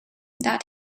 that